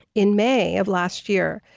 in may of last year,